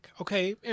Okay